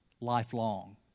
lifelong